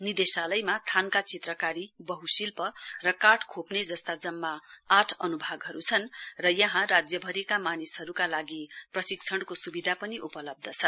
निदेशालयमा थान्का चित्रकारी वहु शिल्प र काठ खोप्ने जस्ता जम्मा आठ अनुभागहरु छन् र यहाँ राज्यभरिका मानिसहरुका लागि प्रशिक्षणको सुविधा पनि उपलब्ध छ